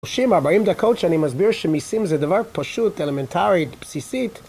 30-40 דקות כשאני מסביר שמיסים זה דבר פשוט, אלמנטרי, בסיסי.